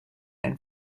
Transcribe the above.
ein